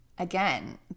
Again